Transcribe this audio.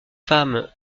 femme